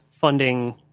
funding